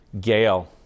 Gail